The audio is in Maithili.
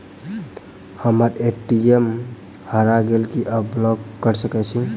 हम्मर ए.टी.एम हरा गेल की अहाँ ब्लॉक कऽ सकैत छी?